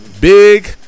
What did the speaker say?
Big